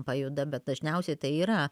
pajuda bet dažniausiai tai yra